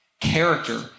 Character